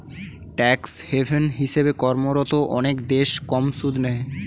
tax haven হিসেবে কর্মরত অনেক দেশ কম সুদ নেয়